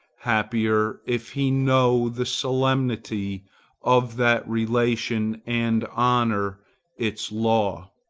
happier, if he know the solemnity of that relation and honor its law!